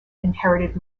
inherited